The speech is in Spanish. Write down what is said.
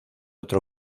otro